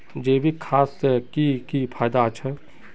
जैविक खाद से की की फायदा छे?